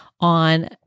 on